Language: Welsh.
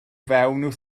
fewn